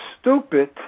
stupid